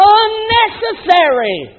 unnecessary